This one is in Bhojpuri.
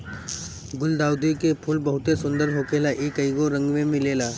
गुलदाउदी के फूल बहुते सुंदर होखेला इ कइगो रंग में मिलेला